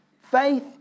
Faith